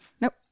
Nope